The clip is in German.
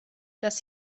dass